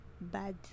bad